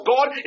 God